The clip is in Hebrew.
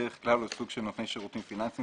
דרך כלל או לסוג של נותני שירותים פיננסיים